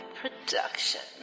production